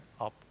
up